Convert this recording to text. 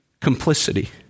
complicity